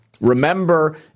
remember